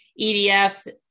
EDF